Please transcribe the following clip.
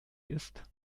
ist